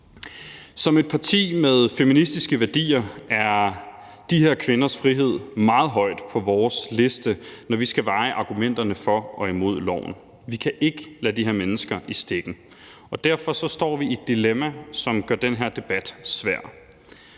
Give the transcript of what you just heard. Som et parti med feministiske værdier er de her kvinders frihed meget højt på vores liste, når vi skal veje argumenterne for og imod loven. Vi kan ikke lade de her mennesker i stikken, og derfor står vi i et dilemma, som gør den her debat svær.